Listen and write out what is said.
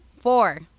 Four